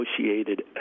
negotiated